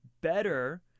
better